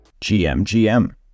GMGM